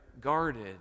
guarded